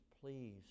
please